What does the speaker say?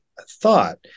thought